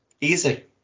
easy